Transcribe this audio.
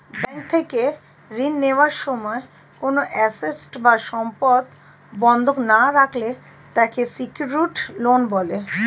bank থেকে ঋণ নেওয়ার সময় কোনো অ্যাসেট বা সম্পদ বন্ধক না রাখলে তাকে সিকিউরড লোন বলে